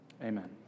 amen